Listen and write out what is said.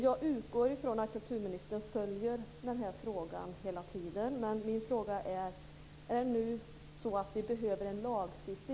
Jag utgår från att kulturministern följer frågan hela tiden.